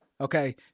okay